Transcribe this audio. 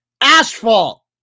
Asphalt